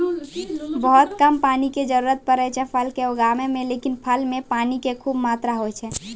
बहुत कम पानी के जरूरत पड़ै छै है फल कॅ उगाबै मॅ, लेकिन फल मॅ पानी के खूब मात्रा होय छै